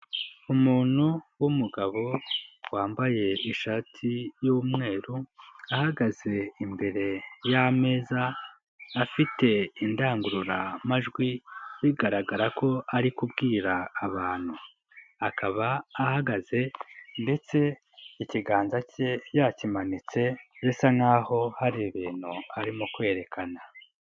Umuntu w'umugabo wambaye ishati y'umweru ahagaze imbere y'ameza afite indangururamajwi bigaragara ko ari kubwira abantu, akaba ahagaze ndetse ikiganza ke yakimanitse bisa nkaho hari ibintu arimo kwerekana.